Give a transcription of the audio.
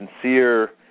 sincere